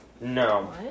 no